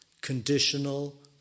conditional